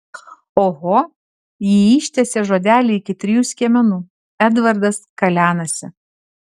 oho ji ištęsė žodelį iki trijų skiemenų edvardas kalenasi